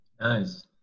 Nice